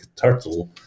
turtle